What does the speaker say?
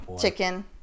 chicken